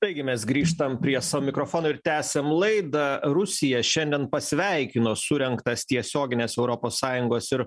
taigi mes grįžtam prie to mikrofonų ir tęsiam laidą rusija šiandien pasveikino surengtas tiesiogines europos sąjungos ir